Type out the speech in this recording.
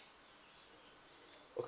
okay